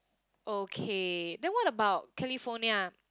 okay then what about California